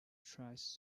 tries